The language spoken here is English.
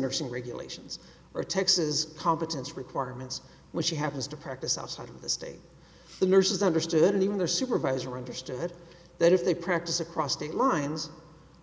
nursing regulations or taxes competence requirements which she happens to practice outside of the state the nurses understood and even their supervisor understood that if they practice across state lines